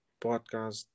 podcast